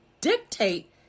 dictate